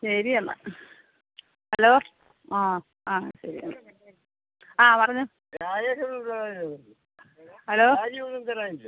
ശരി എന്നാൽ ഹലോ ആ ആ ശരി ആ പറഞ്ഞൊ ഹലോ